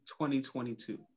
2022